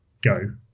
go